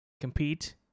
Compete